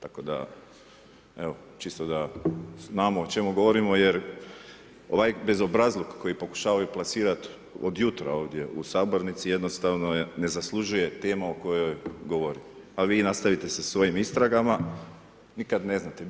Tako da evo, čisto da znamo o čemu govorimo jer ovaj bezobrazluk koji pokušavaju plasirat od jutra ovdje u sabornici jednostavno ne zaslužuje tema o kojoj govorimo a vi nastavite sa svojim istragama, nikad ne znate.